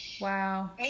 Wow